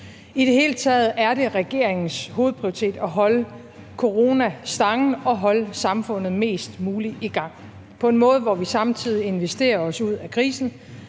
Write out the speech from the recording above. I det hele taget er det regeringens hovedprioritet at holde coronaen stangen og holde samfundet mest muligt i gang på en måde, hvor vi samtidig investerer os ud af krisen